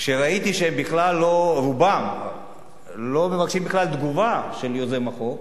כשראיתי שרובם לא מבקשים בכלל תגובה של יוזם החוק,